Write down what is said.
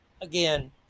again